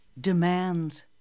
Demands